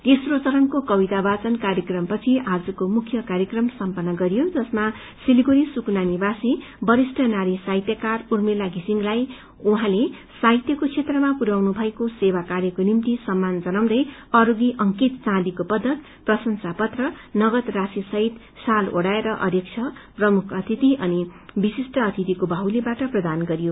तेस्रो चरणको कविता वाचन कार्यक्रमपछि आजको मुख्य कार्यक्रम सम्पत्र गरियो जसमा सिलगढ़ी सुकना निवासी वरिष्ठ नारी साहित्यकार उर्मिला षिसिङलाई उहाँले साहित्यको क्षेत्रमा पुरयाउनु भएको सेवा कार्यको निम्ति सम्मान जनाउँदै अस्तगि अंकित चाँदीको पदक प्रशंसा पत्र नगद राशि सहित शाल ओढ़ाएर अध्यक्ष प्रमुख अतिथि अनि विशिष्ट अतिथिको बाहुलीबाट प्रदान गरियो